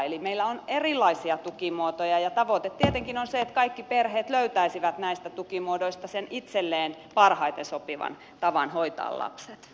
eli meillä on erilaisia tukimuotoja ja tavoite tietenkin on se että kaikki perheet löytäisivät näistä tukimuodoista sen itselleen parhaiten sopivan tavan hoitaa lapset